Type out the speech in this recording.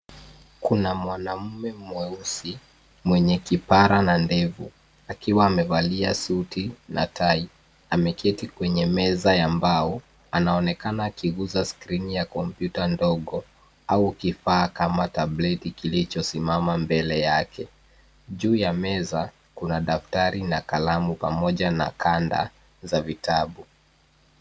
Kuna mwanaume mweusi, mwenye kipara na ndevu, akiwa amevalia suti na tai, ameketi kwenye meza ya mbao, anaonekana akiguza skrini ya kompyuta ndogo au kifaa kama tableti kilichosimama mbele yake. Juu ya meza, kuna daftari na kalamu, pamoja na kanda za vitabu.